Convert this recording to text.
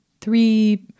three